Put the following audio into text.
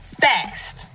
Fast